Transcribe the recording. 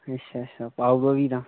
अच्छा अच्छा पाउ ओड़ो फ्ही तां